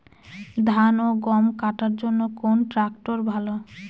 ধান ও গম কাটার জন্য কোন ট্র্যাক্টর ভালো?